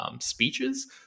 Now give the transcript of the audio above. speeches